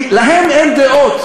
כי להם אין דעות.